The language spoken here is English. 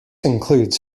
includes